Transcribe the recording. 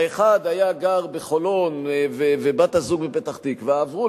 האחד היה גר בחולון ובת הזוג, בפתח-תקווה.